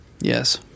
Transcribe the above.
Yes